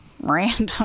Random